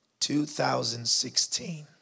2016